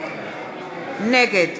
נגד